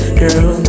girl